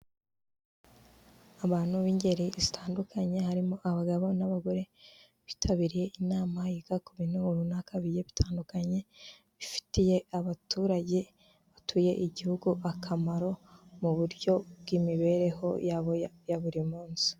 Abantu b'ingeri zitandukanye harimo abagabo n'abagore bitabiriye inama yiga ku bintu runaka bigiye bitandukanye, bifitiye abaturage batuye Igihugu akamaro mu buryo bw'imibereho yabo ya buri munsi.